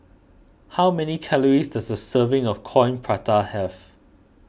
how many calories does a serving of Coin Prata have